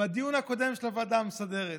בדיון הקודם של הוועדה המסדרת.